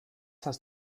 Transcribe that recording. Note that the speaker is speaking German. hast